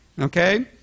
okay